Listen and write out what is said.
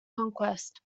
conquest